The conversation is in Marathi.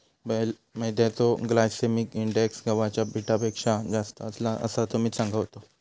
मैद्याचो ग्लायसेमिक इंडेक्स गव्हाच्या पिठापेक्षा जास्त असता, असा सुमित सांगा होतो